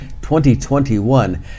2021